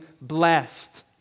blessed